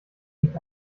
nicht